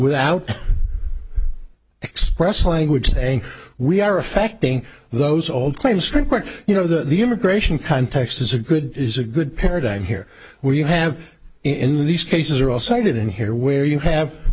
without express language saying we are affecting those old claims you know that the immigration context is a good is a good paradigm here where you have in these cases are all cited in here where you have